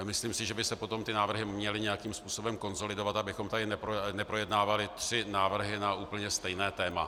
Myslím si, že by se potom ty návrhy měly nějakým způsobem konsolidovat, abychom tady neprojednávali tři návrhy na úplně stejné téma.